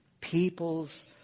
people's